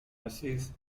resist